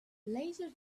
laser